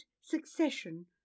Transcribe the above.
succession